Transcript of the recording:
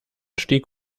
stieg